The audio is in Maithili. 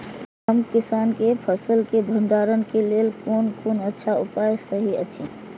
हम किसानके फसल के भंडारण के लेल कोन कोन अच्छा उपाय सहि अछि?